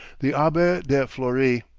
the abbe de fleury,